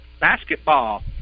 basketball